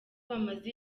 bamaze